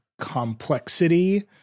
complexity